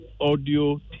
audio